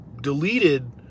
deleted